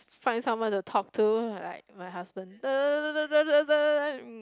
find someone to talk to like my husband